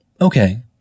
Okay